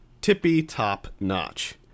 tippy-top-notch